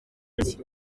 ati